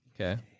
Okay